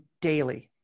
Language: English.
daily